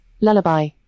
lullaby